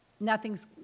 nothing's